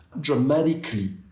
dramatically